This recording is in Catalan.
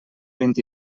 vint